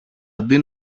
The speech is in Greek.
αντί